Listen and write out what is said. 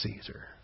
Caesar